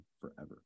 forever